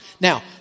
Now